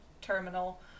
terminal